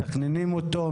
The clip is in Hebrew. מתכננים אותו?